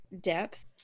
depth